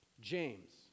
James